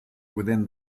within